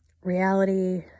Reality